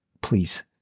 please